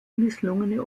misslungene